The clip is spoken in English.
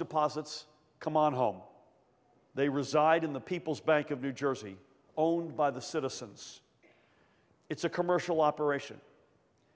deposits come on home they reside in the people's bank of new jersey own by the citizens it's a commercial operation